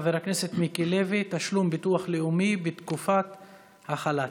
של חבר הכנסת מיקי לוי: תשלום ביטוח לאומי בתקופת החל"ת.